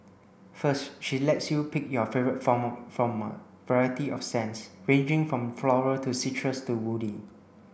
first she lets you pick your favourite from a variety of scents ranging from floral to citrus to woody